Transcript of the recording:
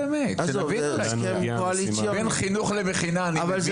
בין חינוך לבין מכינה אני מבין.